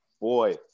boy